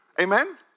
Amen